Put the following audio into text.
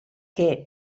che